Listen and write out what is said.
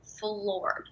floored